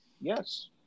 Yes